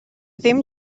ddim